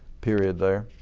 period there.